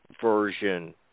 version